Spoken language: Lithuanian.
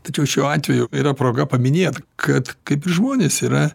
tačiau šiuo atveju yra proga paminėt kad kaip ir žmonės yra